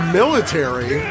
military